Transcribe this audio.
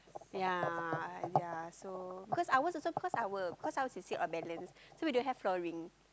yea yea so because ours also cause our cause ours sit on balance so we don't have flowering